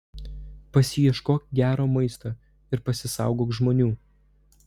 pasiieškok gero maisto ir pasisaugok žmonių